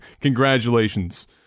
congratulations